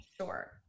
sure